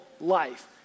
life